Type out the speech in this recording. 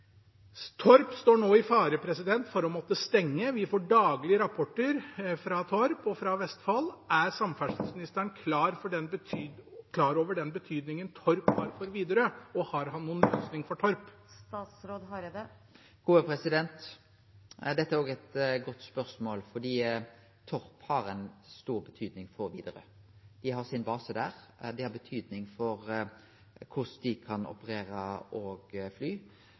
Torp står nå i fare for å måtte stenge. Vi får daglig rapporter fra Torp og fra Vestfold. Er samferdselsministeren klar over den betydningen Torp har for Widerøe, og har han noen løsning for Torp? Dette er òg eit godt spørsmål, fordi Torp har ei stor betydning for Widerøe. Dei har sin base der, og det har mykje å seie for på kva måte dei kan operere og fly